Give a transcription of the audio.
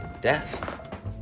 Death